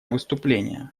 выступление